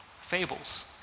fables